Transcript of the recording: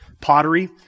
pottery